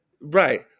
right